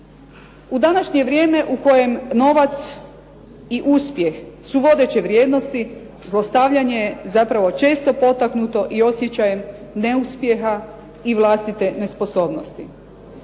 U današnje vrijeme u kojem novac i uspjeh su vodeće vrijednosti, zlostavljanje je zapravo često potaknuto i osjećajem neuspjeha i vlastite nesposobnosti.